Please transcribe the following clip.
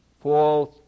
False